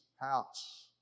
house